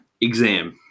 exam